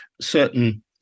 certain